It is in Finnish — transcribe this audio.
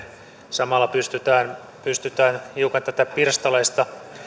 samalla pystytään pystytään myös hiukan tätä pirstaleista